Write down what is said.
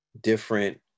different